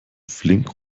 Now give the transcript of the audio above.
flink